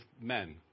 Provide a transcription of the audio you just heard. men